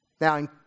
Now